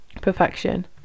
perfection